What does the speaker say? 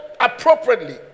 appropriately